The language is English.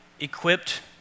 Equipped